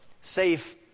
safe